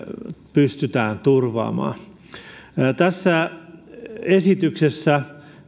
pystytään turvaamaan tässä esityksessä